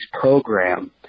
program